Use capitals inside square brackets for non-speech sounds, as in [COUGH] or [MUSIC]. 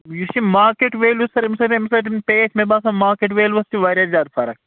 یُس یہِ market value سر [UNINTELLIGIBLE] پے اَسہِ مےٚ باسان مارکٮ۪ٹ ویلوس تہِ وارِیاہ زیادٕ فرق